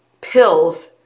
pills